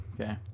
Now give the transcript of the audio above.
Okay